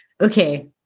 okay